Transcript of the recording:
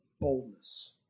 boldness